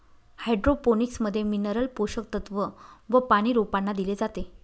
hydroponics मध्ये mineral पोषक तत्व व पानी रोपांना दिले जाते